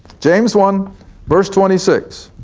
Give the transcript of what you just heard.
james one verse twenty six.